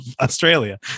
Australia